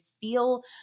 feel